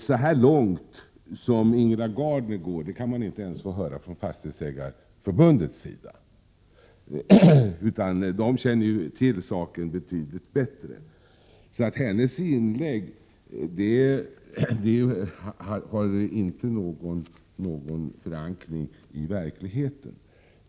Så långt som Ingela Gardner går sträcker sig man inte ens från Fastighetsägareförbundets sida. Förbundet känner ju till saken betydligt bättre. Hennes inlägg har alltså inte någon förankring i verkligheten.